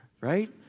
Right